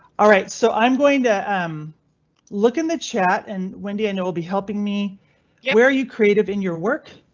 alright, so i'm going to um look in the chat and wendy i know will be helping me where you created in your work.